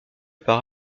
par